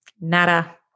nada